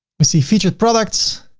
we see featured products.